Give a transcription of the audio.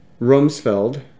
Rumsfeld